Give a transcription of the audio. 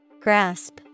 Grasp